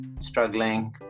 struggling